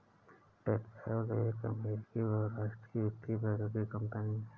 PayPal एक अमेरिकी बहुराष्ट्रीय वित्तीय प्रौद्योगिकी कंपनी है